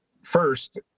first